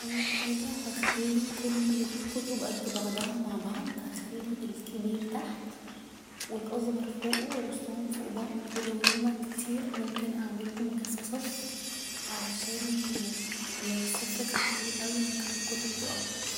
اول حاجة هخلي كل الكتب قد بعضها مع بعض هخلي الكبير تحت و الأصغر فوقه و ارصهم فوق بعض و لو هما كتير ممكن اعملهم كذا صف علشان لو الصف كان طويل اوي ممكن الكتب تقع